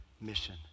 Mission